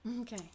Okay